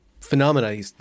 phenomena